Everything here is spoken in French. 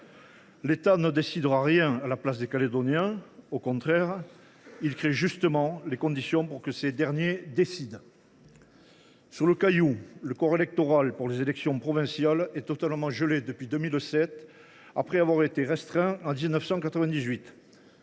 L’État ne décidera rien à la place des Néo Calédoniens. Il crée au contraire les conditions pour que ces derniers décident. Sur le Caillou, le corps électoral pour les élections provinciales est totalement gelé depuis 2007, après avoir été restreint en 1998.